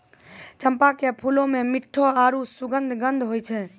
चंपा के फूलो मे मिठ्ठो आरु सुखद गंध होय छै